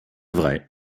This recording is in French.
vrai